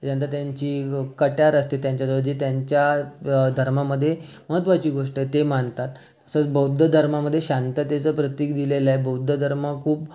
नंतर त्यांची कट्यार असते त्यांच्याजवळ जे त्यांच्या धर्मामध्ये महत्त्वाची गोष्ट ते मानतात तसचं बौद्ध धर्मामध्ये शांततेचं प्रतिक दिलेलं आहे बौद्ध धर्म खूप